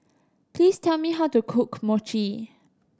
please tell me how to cook Mochi